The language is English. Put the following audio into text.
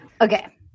Okay